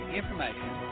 information